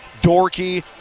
dorky